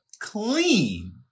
clean